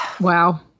Wow